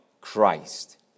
Christ